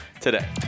today